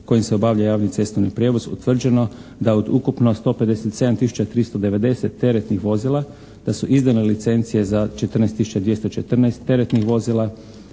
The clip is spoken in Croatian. kojim se obavlja javni cestovni prijevoz utvrđeno da od ukupno 157 tisuća 390 teretnih vozila, da su izdane licencije za 14 tisuća 214 teretnih vozila